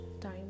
time